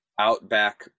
outback